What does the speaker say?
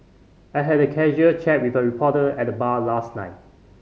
I had a casual chat with a reporter at the bar last night